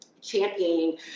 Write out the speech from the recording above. championing